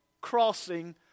crossing